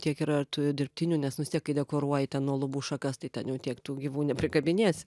tiek yra ir tų dirbtinių nes nu stiek kai dekoruoji ten nuo lubų šakas tai ten jau tiek tų gyvų neprikabinėsi